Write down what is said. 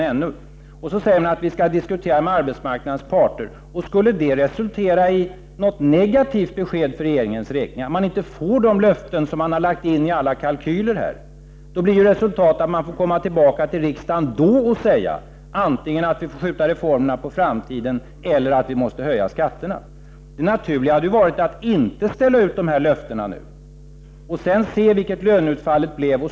Sedan säger man att man skall diskutera med arbetsmarknadens parter. Om det skulle resultera i något negativt besked för regeringens räkning, så att man inte får de löften som man har lagt in i alla kalkyler, blir ju resultatet att man får komma tillbaka till riksdagen och säga antingen att vi får skjuta reformerna på framtiden eller att vi måste höja skatterna. Det naturliga hade varit att inte ställa ut dessa löften nu utan att se vilket löneutfallet blir.